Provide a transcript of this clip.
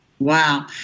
Wow